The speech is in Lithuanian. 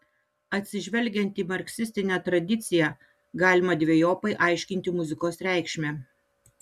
atsižvelgiant į marksistinę tradiciją galima dvejopai aiškinti muzikos reikšmę